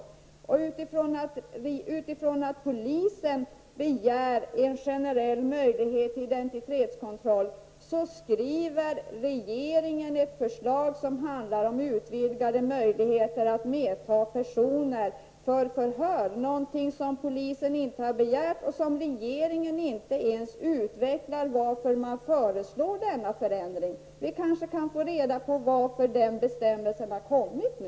Mot bakgrund av att polisen begär en generell möjlighet till identitetskontroll skriver regeringen ett förslag som handlar om utvidgade möjligheter att medta personer för förhör. Det är någonting som polisen inte har begärt. Regeringen utvecklar inte heller varför denna förändring föreslås. Vi kanske kan få reda på varför denna bestämmelse har föreslagits nu.